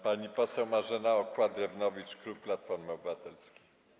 Pani poseł Marzena Okła-Drewnowicz, klub Platforma Obywatelska.